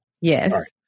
Yes